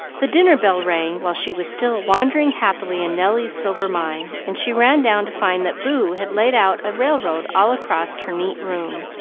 the dinner-bell rang while she was still wandering happily in nelly's silver mine, and she ran down to find that boo had laid out a railroad all across her neat room,